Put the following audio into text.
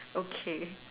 okay